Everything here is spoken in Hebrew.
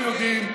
אנחנו יודעים,